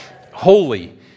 Holy